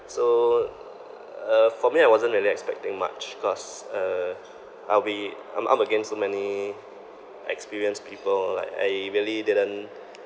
so uh for me I wasn't really expecting much cause uh I'll be I'm I'm against so many experienced people like I really didn't